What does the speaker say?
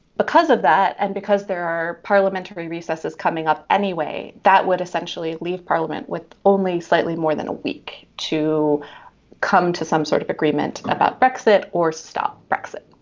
because of that and because there are parliamentary recesses coming up anyway that would essentially leave parliament with only slightly more than a week to come to some sort of agreement about brexit or stop brexit.